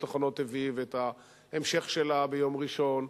אחרונות" הביא ואת ההמשך שלה ביום ראשון,